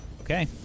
Okay